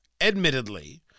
admittedly